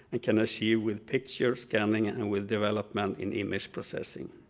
i can achieve with pictures scanning and with development in image processing.